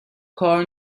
کار